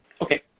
Okay